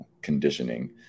conditioning